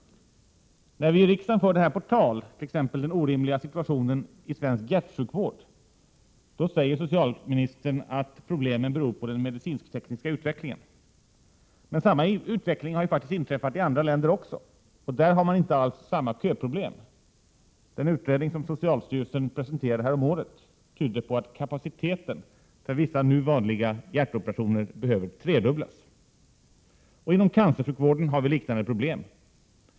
När vi i riksdagen för på tal exempelvis den orimliga situationen i svensk hjärtsjukvård, säger socialministern att problemen beror på den tekniskmedicinska utvecklingen. Men samma utveckling har faktiskt även inträffat i andra länder. Där har man inte alls samma köproblem. Den utredning som socialstyrelsen presenterade häromåret tydde på att kapaciteten för vissa nu vanliga hjärtoperationer behöver tredubblas. Inom cancersjukvården har vi liknande problem.